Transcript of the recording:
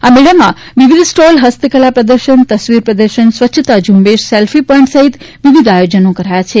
આ મેળામાં વિવિધ સ્ટોલ ફસ્તકલા પ્રદર્શન તસવીર પ્રદર્શન સ્વચ્છતા ઝુંબેશ સ્લેફી પોઇન્ટ સહિત વિવિધ આયોજનો કરાયા છે